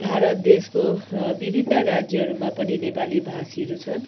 भारत देशको बिभिन्न राज्यहरूमा पनि नेपाली भाषीहरू छन्